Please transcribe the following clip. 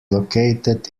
located